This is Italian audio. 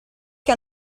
che